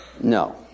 No